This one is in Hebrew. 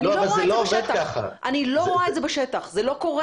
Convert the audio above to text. ואני לא רואה את זה בשטח, זה לא קורה.